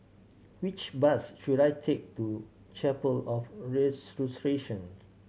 which bus should I take to Chapel of Resurrection